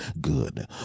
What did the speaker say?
Good